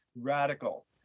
radical